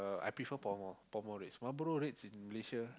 I prefer Pall Mall Pall Mall Reds Marlboro Reds in Malaysia